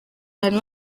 harimo